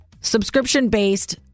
subscription-based